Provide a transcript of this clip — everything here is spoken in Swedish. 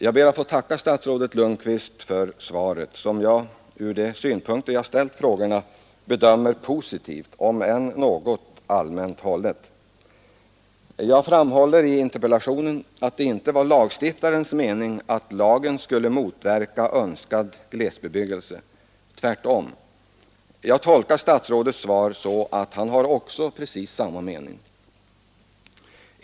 Jag tackar statsrådet Lundkvist för svaret, som jag från de utgångspunkter frågorna har bedömer som positivt om än något allmänt hållet. Jag framhåller i interpellationen att det inte var lagstiftarens mening att lagen skulle motverka önskad glesbebyggelse — tvärtom, Statsrådets svar tolkar jag så att han har precis samma mening.